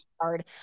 hard